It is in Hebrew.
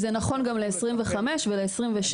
זה גם נכון לגבי 2025 ו-2026.